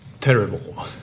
Terrible